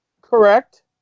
Correct